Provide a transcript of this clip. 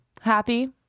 happy